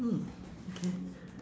mm okay